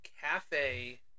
cafe